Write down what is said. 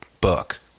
book